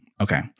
okay